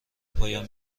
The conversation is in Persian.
پایان